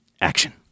action